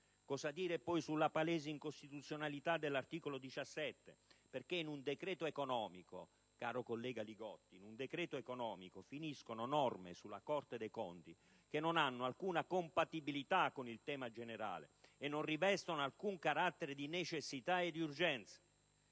Cosa dire, ancora, sulla palese incostituzionalità dell'articolo 17? Infatti, in un decreto economico, caro collega Li Gotti, finiscono norme sulla Corte dei conti che non hanno alcuna compatibilità con il tema generale e non rivestono carattere di necessità e di urgenza.